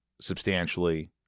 substantially